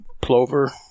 plover